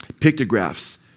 pictographs